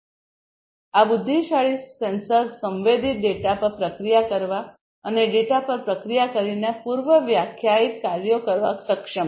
તેથી આ બુદ્ધિશાળી સેન્સર સંવેદિત ડેટા પર પ્રક્રિયા કરવા અને ડેટા પર પ્રક્રિયા કરીને પૂર્વવ્યાખ્યાયિત કાર્યો કરવા સક્ષમ છે